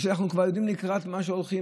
אנחנו כבר יודעים לקראת מה הולכים.